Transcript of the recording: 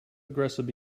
aggressive